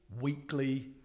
weekly